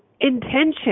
intention